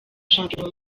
shampiyona